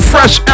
Fresh